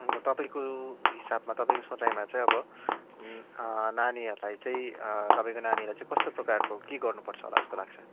अन्त तपाईँको हिसाबमा तपाईँको सोचाइमा चाहिँ अब नानीहरूलाई चाहिँ तपाईँको नानीलाई कस्तो प्रकारको के गर्नुपर्छ होला जस्तो लाग्छ